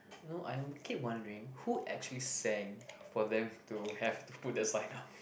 no I keep wondering who actually sang for them to have to put that sign up